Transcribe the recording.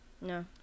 No